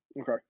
Okay